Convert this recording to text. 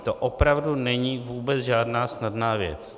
To opravdu není vůbec žádná snadná věc.